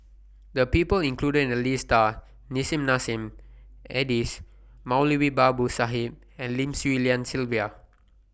The People included in The list Are Nissim Nassim Adis Moulavi Babu Sahib and Lim Swee Lian Sylvia